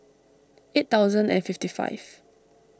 eight thousand and fifty five